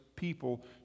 people